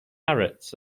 parrots